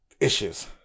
issues